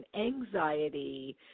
anxiety